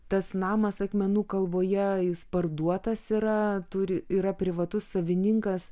tas namas akmenų kalvoje jis parduotas yra turi yra privatus savininkas